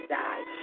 die